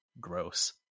gross